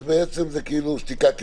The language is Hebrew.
אז זה כאילו שתיקה כהודאה.